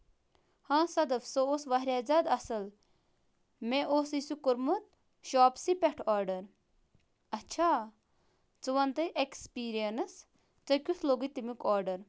ہاں سَدف سُہ اوس واریاہ زیادٕ اَصٕل مےٚ اوٚسُے سُہ کوٚرمُت شوپسٕے پٮ۪ٹھ آرڈر